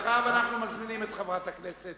אחריו אנחנו מזמינים את חברת הכנסת